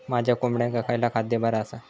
माझ्या कोंबड्यांका खयला खाद्य बरा आसा?